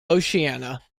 oceania